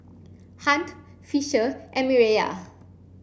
Hunt Fisher and Mireya